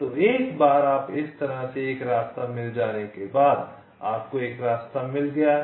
तो एक बार इस तरह से एक रास्ता मिल जाने के बाद आपको एक रास्ता मिल गया है